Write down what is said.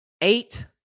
eight